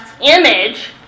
image